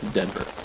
Denver